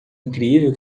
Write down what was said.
incrível